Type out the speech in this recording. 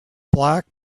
black